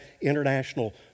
international